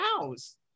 house